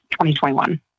2021